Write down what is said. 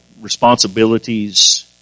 responsibilities